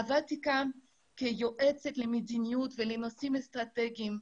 עבדתי כיועצת למדיניות ולנושאים אסטרטגיים.